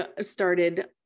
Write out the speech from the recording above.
started